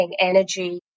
energy